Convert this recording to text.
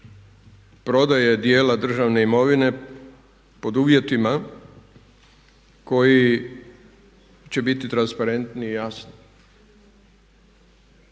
prodaje dijela državne imovine pod uvjetima koji će biti transparentni i jasni.